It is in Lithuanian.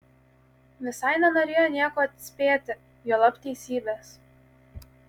visai nenorėjo nieko atspėti juolab teisybės